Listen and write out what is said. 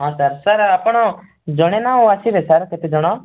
ହଁ sir sir ଆପଣ ଜଣେ ନା ଆଉ ଆସିବେ ସାର୍ କେତେ ଜଣ